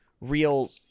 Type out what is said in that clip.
real